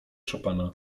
chopina